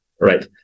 right